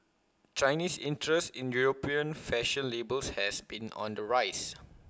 Chinese interest in european fashion labels has been on the rise